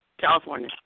California